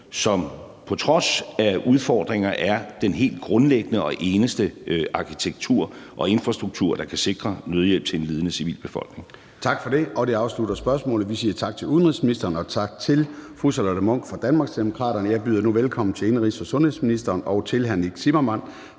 som på trods af udfordringerne er den helt grundlæggende og den eneste arkitektur og infrastruktur, der kan sikre nødhjælp til en lidende civilbefolkning. Kl. 13:09 Formanden (Søren Gade): Tak for det, og det afslutter spørgsmålet, og vi siger tak til udenrigsministeren og tak til fru Charlotte Munch fra Danmarksdemokraterne. Jeg byder nu velkommen til indenrigs- og sundhedsministeren og til hr. Nick Zimmermann